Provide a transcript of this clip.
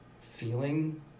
feeling